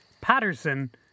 Patterson